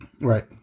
Right